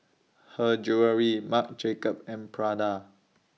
Her Jewellery Marc Jacobs and Prada